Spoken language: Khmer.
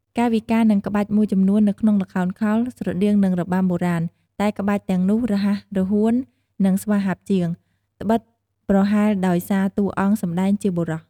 កាយវិការនិងក្បាច់មួយចំនួននៅក្នុងល្ខោនខោលស្រដៀងនឹងរបាំបុរាណ តែក្បាច់ទាំងនោះរហ័សរហួននិងស្វាហាប់ជាង ដ្បិតប្រហែលដោយសារតួអង្គសម្ដែងជាបុរស។